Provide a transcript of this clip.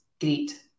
great